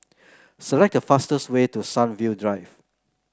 select the fastest way to Sunview Drive